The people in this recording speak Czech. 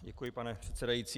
Děkuji, pane předsedající.